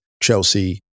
Chelsea